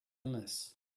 illness